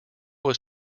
was